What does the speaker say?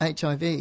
HIV